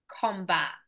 combat